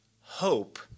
hope